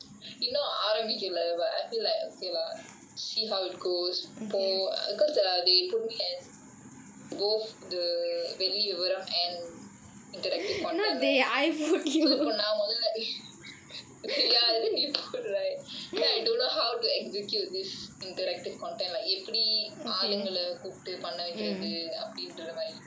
இன்னும் ஆரம்பிக்கல:innum aarambikkala I feel like okay lah see how it goes because they put me as both the வெள்ளி விவரம்:velli vivaram and interactive content right so இப்போ நான் மொதல்ல:ippo naan mothalla okay ya நீ:nee right then I don't know how to execute this interactive content எப்படி ஆளுகள கூப்பிட்டு பண்ண வைக்கிறதுஅப்டின்றது மாறி:eppadi alungala koopttu panna vaikkirathu apdindrathu maari